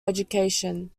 education